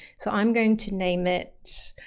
so i'm going to name it